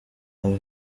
aba